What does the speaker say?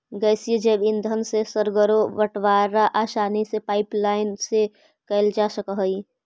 गैसीय जैव ईंधन से सर्गरो बटवारा आसानी से पाइपलाईन से कैल जा सकऽ हई